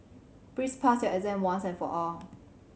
please pass your exam once and for all